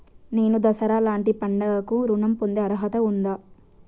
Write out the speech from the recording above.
నేను దసరా లాంటి పండుగ కు ఋణం పొందే అర్హత ఉందా?